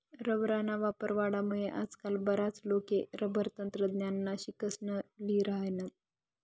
रबरना वापर वाढामुये आजकाल बराच लोके रबर तंत्रज्ञाननं शिक्सन ल्ही राहिनात